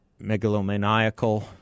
megalomaniacal